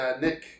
Nick